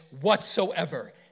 whatsoever